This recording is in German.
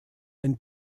ein